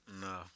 No